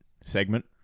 segment